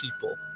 people